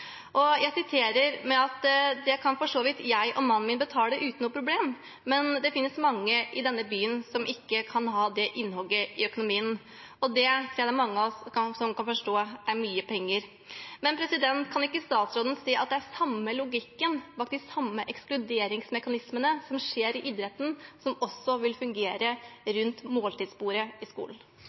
Oslo. Jeg siterer: «Det kan for så vidt jeg og min mann betale uten noe problem, men det finnes mange i denne byen som dette vil være et stort innhogg i økonomien for.» Det tror jeg det er mange av oss som kan forstå er mye penger. Kan ikke statsråden se at det er den samme logikken bak de samme ekskluderingsmekanismene – i det som skjer i idretten – som også vil fungere rundt måltidsbordet i skolen?